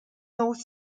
north